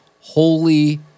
holy